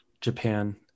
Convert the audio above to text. Japan